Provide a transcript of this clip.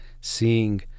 seeing